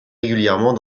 régulièrement